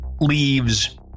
leaves